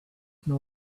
know